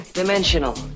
dimensional